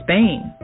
Spain